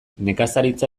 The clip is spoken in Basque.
nekazaritza